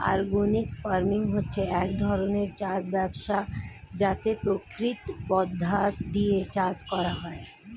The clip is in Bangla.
অর্গানিক ফার্মিং হচ্ছে এক ধরণের চাষ ব্যবস্থা যাতে প্রাকৃতিক পদার্থ দিয়ে চাষ করা হয়